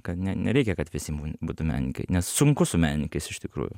kad ne nereikia kad visi būtų menininkai nes sunku su menininkais iš tikrųjų